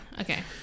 Okay